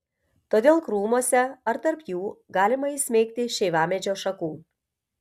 todėl krūmuose ar tarp jų galima įsmeigti šeivamedžio šakų